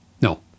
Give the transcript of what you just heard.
No